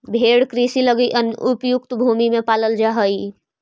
भेंड़ कृषि लगी अनुपयुक्त भूमि में पालल जा हइ